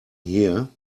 here